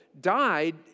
died